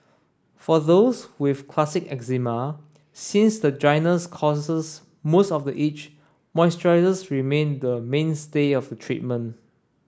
for those with classic eczema since the dryness causes most of the itch moisturisers remain the mainstay of treatment